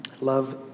Love